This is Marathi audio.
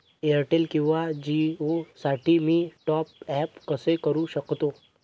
एअरटेल किंवा जिओसाठी मी टॉप ॲप कसे करु शकतो?